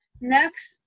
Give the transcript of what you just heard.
next